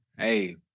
Hey